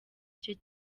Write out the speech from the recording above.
cye